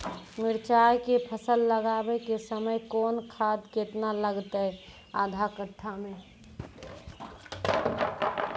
मिरचाय के फसल लगाबै के समय कौन खाद केतना लागतै आधा कट्ठा मे?